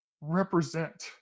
represent